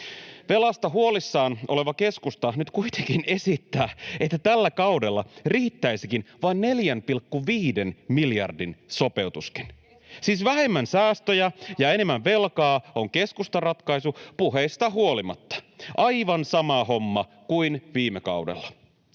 Velasta huolissaan oleva keskusta nyt kuitenkin esittää, että tällä kaudella riittäisikin vain 4,5 miljardin sopeutus. [Eeva Kalli: Keskusta ottaisi vähemmän velkaa kuin hallitus!] Siis vähemmän säästöjä ja enemmän velkaa on keskustan ratkaisu puheista huolimatta, aivan sama homma kuin viime kaudella.